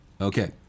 Okay